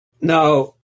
Now